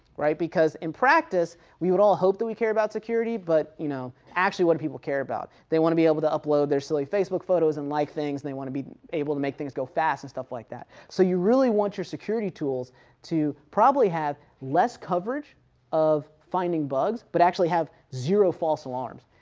right. because in practice we would all hope that we care about security, but you know actually what do people care about? they want to be able to upload their silly facebook photos and life like things, and they want to be able to make things go fast and stuff like that. so you really want your security tools to probably have less coverage of finding bugs, but actually have zero false alarms.